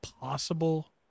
possible